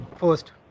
first